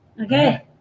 Okay